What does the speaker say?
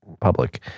public